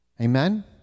Amen